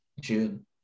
June